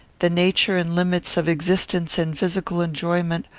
the nature and limits of existence and physical enjoyment,